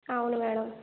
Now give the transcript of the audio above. అవును మేడం